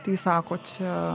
tai sako čia